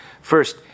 First